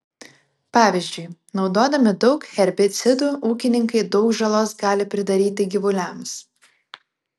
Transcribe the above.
pavyzdžiui naudodami daug herbicidų ūkininkai daug žalos gali pridaryti gyvuliams